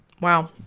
wow